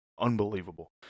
unbelievable